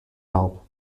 help